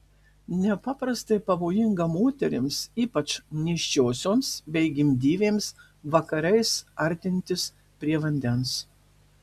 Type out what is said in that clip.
nepaprastai pavojinga moterims ypač nėščiosioms bei gimdyvėms vakarais artintis prie vandens